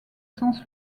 sens